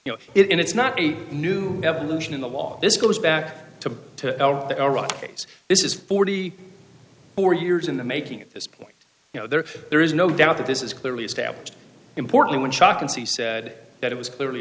you know it's not a new revolution in the law this goes back to the iraqis this is forty four years in the making at this point you know there there is no doubt that this is clearly established important when shock and see said that it was clearly